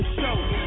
show